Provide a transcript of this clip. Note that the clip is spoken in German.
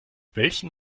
welchen